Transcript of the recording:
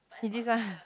is this one